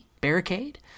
barricade